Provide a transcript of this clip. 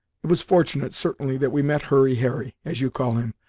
it was fortunate, certainly, that we met hurry harry, as you call him,